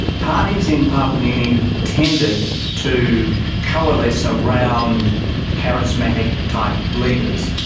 parties in papua new guinea have tended to coalesce around charismatic type leaders,